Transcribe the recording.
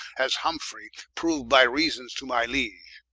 as humfrey prou'd by reasons to my liege.